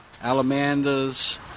Alamandas